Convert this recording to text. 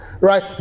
right